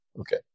Okay